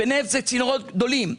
ונפט זה צינורות גדולים,